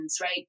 right